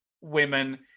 women